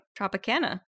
Tropicana